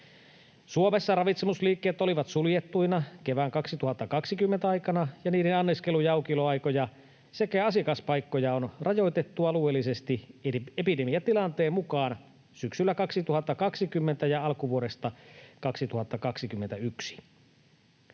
Suomessa ravitsemusliikkeet olivat suljettuina kevään 2020 aikana, ja niiden anniskelu‑ ja aukioloaikoja sekä asiakaspaikkoja on rajoitettu alueellisesti epidemiatilanteen mukaan syksyllä 2020 ja alkuvuodesta 2021.